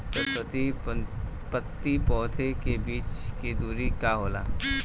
प्रति पंक्ति पौधे के बीच के दुरी का होला?